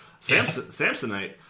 Samsonite